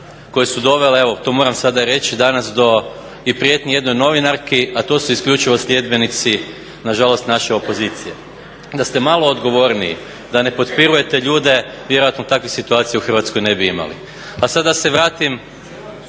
koje su dovele evo to moram sada reći danas do i prijetnji jednoj novinarki, a to su isključivo sljedbenici nažalost naše opozicije. Da ste malo odgovorniji, da ne potpirujete ljude vjerojatno takvih situacija u Hrvatskoj ne bi imali. A sad da se vratim